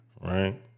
right